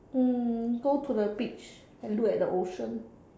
mm go to the beach and look at the ocean